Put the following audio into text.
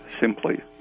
simply